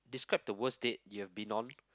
describe the worst date you've been on